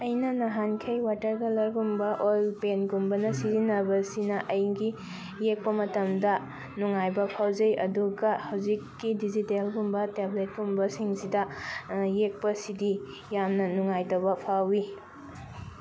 ꯑꯩꯅ ꯅꯍꯥꯟꯈꯩ ꯋꯥꯇꯔ ꯀꯂꯔꯒꯨꯝꯕ ꯑꯣꯏꯜ ꯄꯦꯟꯒꯨꯝꯕꯅ ꯁꯤꯖꯤꯟꯅꯕꯁꯤꯅ ꯑꯩꯒꯤ ꯌꯦꯛꯄ ꯃꯇꯝꯗ ꯅꯨꯡꯉꯥꯏꯕ ꯐꯥꯎꯖꯩ ꯑꯗꯨꯒ ꯍꯧꯖꯤꯛꯀꯤ ꯗꯤꯖꯤꯇꯦꯜꯒꯨꯝꯕ ꯇꯦꯕ꯭ꯂꯦꯠꯀꯨꯝꯕ ꯁꯤꯡꯁꯤꯗ ꯌꯦꯛꯄꯁꯤꯗꯤ ꯌꯥꯝꯅ ꯅꯨꯡꯉꯥꯏꯇꯕ ꯐꯥꯎꯋꯤ